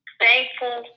thankful